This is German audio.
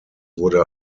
wurde